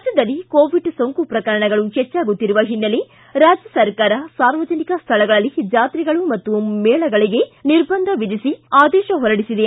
ರಾಜ್ಯದಲ್ಲಿ ಕೋವಿಡ್ ಸೋಂಕು ಪ್ರಕರಣಗಳು ಹೆಚ್ಚಾಗುತ್ತಿರುವ ಹಿನ್ನೆಲೆ ರಾಜ್ಯ ಸರ್ಕಾರ ಸಾರ್ವಜನಿಕ ಸ್ಥಳಗಳಲ್ಲಿ ಜಾತ್ರೆಗಳು ಮತ್ತು ಮೇಳಗಳಿಗೆ ನಿರ್ಬಂಧ ವಿಧಿಸಿ ಆದೇಶ ಹೊರಡಿಸಿದೆ